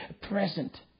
present